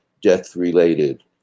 death-related